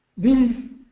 these